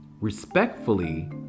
respectfully